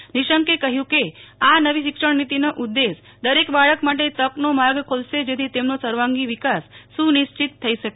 શ્રી નિશંકે કહયું કે આ નવી શિક્ષણ નીતિનો ઉદેશ દરેક બાળક માટે તકનો માર્ગ ખોલશે જેથી તમનો સર્વાંગો વિકાસ સુનિશ્ચિત થઈ શકે